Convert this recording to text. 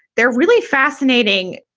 they're really fascinating.